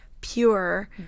pure